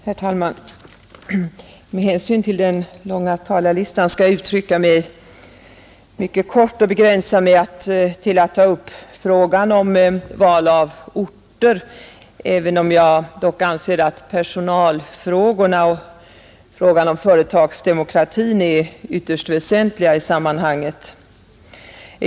Herr talman! Med hänsyn till den långa talarlistan skall jag fatta mig mycket kort och bara ta upp frågan om val av orter, även om jag anser att personalfrågorna och frågan om företagsdemokrati också är ytterst väsentliga i sammanhanget.